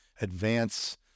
advance